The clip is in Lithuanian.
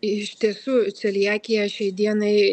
iš tiesų celiakija šiai dienai